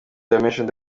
dimension